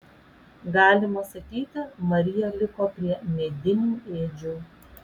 galima sakyti marija liko prie medinių ėdžių